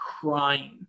crying